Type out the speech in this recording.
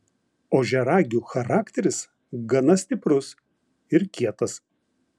ožiaragių charakteris gana stiprus ir kietas